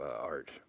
art